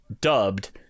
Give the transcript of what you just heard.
dubbed